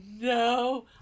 no